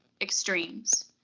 extremes